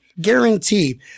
guarantee